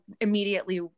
immediately